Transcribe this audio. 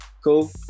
Cool